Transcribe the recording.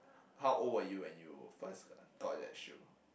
how old were you when you first got that shoe